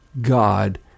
God